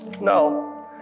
No